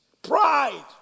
Pride